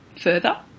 further